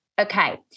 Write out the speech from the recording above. Okay